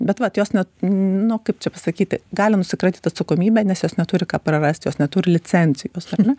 bet vat jos net nu kaip čia pasakyti gali nusikratyt atsakomybę nes jos neturi ką prarast jos neturi licencijos na